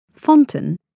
Fonten